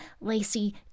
Lacey